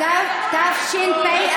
התשפ"א